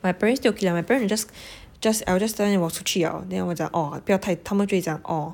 my parents still okay lah my parents will just I will just tell them 我出去了 then 我讲 orh 不要太他们就会讲 orh